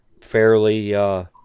fairly